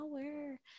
power